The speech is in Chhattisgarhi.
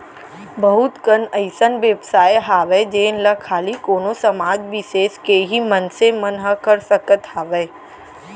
बहुत कन अइसन बेवसाय हावय जेन ला खाली कोनो समाज बिसेस के ही मनसे मन ह कर सकत हावय